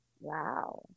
Wow